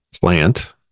plant